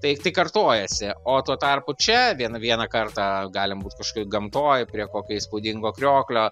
tai tai kartojasi o tuo tarpu čia vien vieną kartą galim būt kažkokioj gamtoj prie kokio įspūdingo krioklio